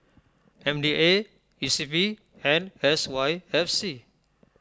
M D A E C P and S Y F C